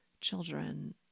children